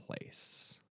place